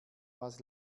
was